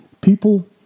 People